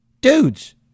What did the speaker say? Dudes